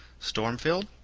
stormfield,